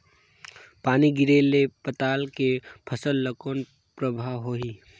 पानी गिरे ले पताल के फसल ल कौन प्रभाव होही?